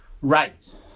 right